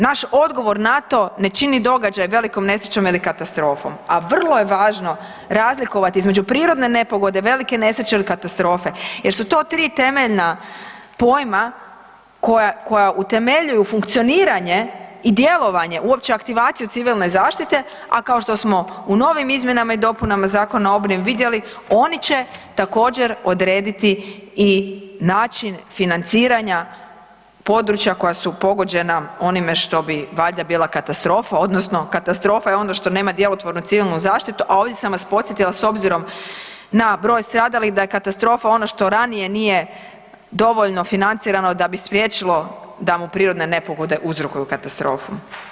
Naš odgovor na to ne čini događaj velikom nesrećom ili katastrofom, a vrlo je važno razlikovati između prirodne nepogode, velike nesreće ili katastrofe jer su to tri temeljna pojma koja utemeljuju funkcioniranje i djelovanje uopće aktivaciju civilne zaštite, a kao što smo u novim izmjenama i dopunama Zakona o obnovi vidjeli oni će također odrediti i način financiranja područja koja su pogođena onime što bi valjda bila katastrofa odnosno katastrofa je onda što nema djelotvornu civilnu zaštitu, a ovdje sam vas podsjetila s obzirom na broj stradalih da je katastrofa ono što ranije nije dovoljno financirano da bi spriječilo da mu prirodne nepogode uzrokuju katastrofu.